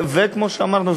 וכמו שאמרנו,